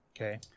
Okay